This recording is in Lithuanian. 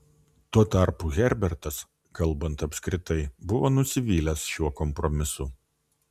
tuo tarpu herbertas kalbant apskritai buvo nusivylęs šiuo kompromisu